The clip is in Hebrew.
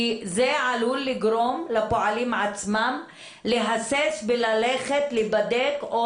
כי זה עלול לגרום לפועלים עצמם להסס מללכת להיבדק או